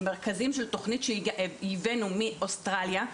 אלה מרכזים של תוכנית שייבאנו מאוסטרליה,